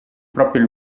proprio